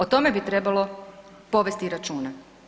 O tome bi trebalo povesti računa.